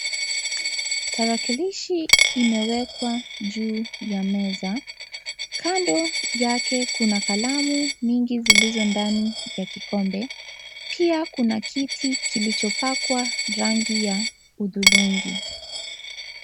Tarakilishi imewekwa juu ya meza . Kando yake kuna kalamu mingi zilizo ndani ya kikombe pia kuna kiti kilichopakwa rangi ya hudhurungi.